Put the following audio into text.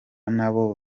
nabo